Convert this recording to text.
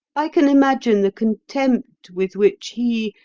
i can imagine the contempt with which he,